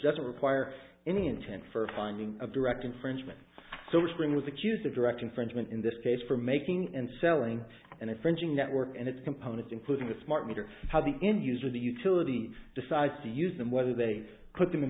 doesn't require any intent for a finding of direct infringement so spring was accused of direct infringement in this case for making and selling and infringing network and its components including the smart meter how the end user the utility decides to use them whether they put them in